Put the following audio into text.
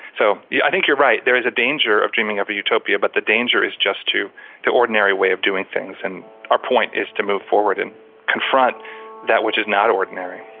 so yeah i think you're right, there is a danger of dreaming of a utopia but the danger is just to the ordinary way of doing things and our point is to move forward and confront that which is not ordinary.